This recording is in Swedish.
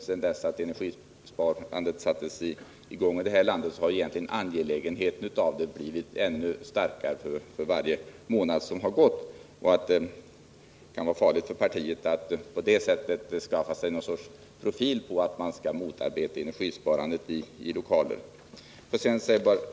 Sedan energisparandet sattes i gång här i landet har egentligen angelägenheten av det ökat för varje månad. Det kan vara farligt för partiet att på detta sätt skapa sig någon sorts profil som ger intryck av att man motarbetar energisparandet i lokaler och bostäder.